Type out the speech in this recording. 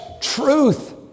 truth